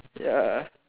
ya